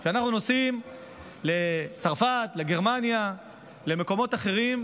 נוסעים לצרפת, לגרמניה ולמקומות אחרים,